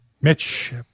Mitch